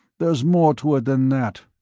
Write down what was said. there's more to it than that.